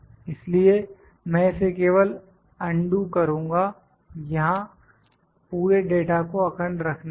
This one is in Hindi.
इसलिए मैं इसे केवल अंडू करुंगा यहां पूरे डाटा को अखंड रखने के लिए